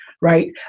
right